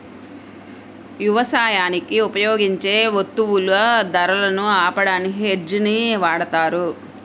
యవసాయానికి ఉపయోగించే వత్తువుల ధరలను ఆపడానికి హెడ్జ్ ని వాడతారు